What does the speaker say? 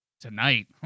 tonight